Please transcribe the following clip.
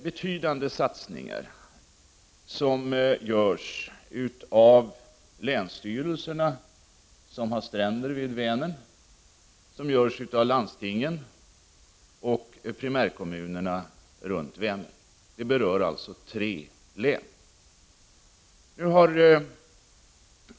Betydande satsningar görs av länsstyrelserna som har stränder vid Vänern, av landstingen och primärkommunerna runt Vänern. Det är alltså tre län som berörs.